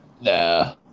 Nah